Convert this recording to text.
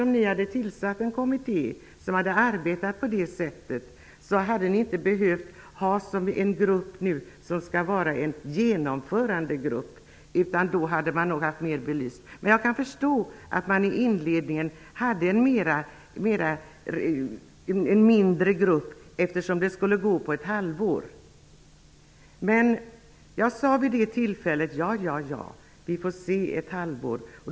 Om ni hade tillsatt en kommitté som hade arbetat på det sättet hade ni kanske inte behövt ha en grupp nu som skall vara en genomförandegrupp. Då hade man nog haft frågan mer belyst. Men jag kan förstå att man i inledningen hade en mindre grupp, eftersom arbetet skulle gå på ett halvår. Jag sade vid det tillfället: Ja, ja, vi får se om det blir ett halvår.